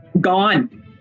gone